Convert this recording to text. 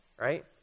right